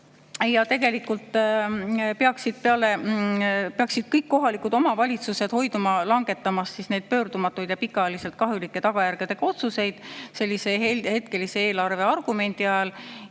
Tegelikult peaksid kõik kohalikud omavalitsused hoiduma langetamast pöördumatuid ja pikaajaliselt kahjulike tagajärgedega otsuseid sellise hetkelise eelarveargumendi mõjul.